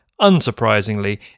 unsurprisingly